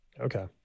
Okay